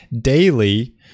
daily